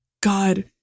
God